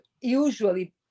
usually